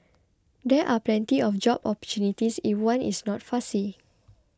there are plenty of job opportunities if one is not fussy